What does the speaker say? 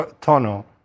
tunnel